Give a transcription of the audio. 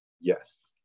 Yes